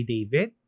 David